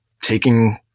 taking